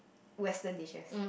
Western dishes